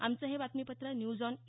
आमचं हे बातमीपत्र न्यूज ऑन ए